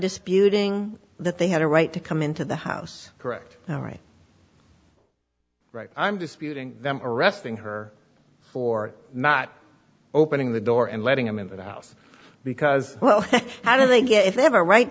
disputing that they had a right to come into the house correct all right right i'm disputing them arresting her for not opening the door and letting him into the house because well how do they get if they have a right